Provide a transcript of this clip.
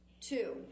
Two